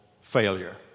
Failure